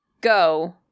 go